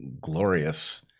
glorious